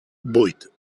vuit